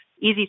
easy